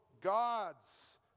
God's